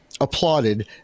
applauded